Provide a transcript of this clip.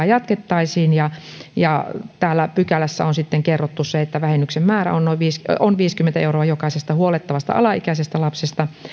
jatkettaisiin täällä pykälässä on sitten kerrottu se että vähennyksen määrä on viisikymmentä euroa jokaisesta huollettavasta alaikäisestä lapsesta